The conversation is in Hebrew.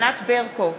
ענת ברקו,